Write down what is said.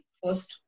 first